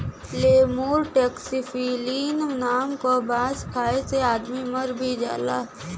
lemur taxiphyllin नाम क बांस खाये से आदमी मर भी जाला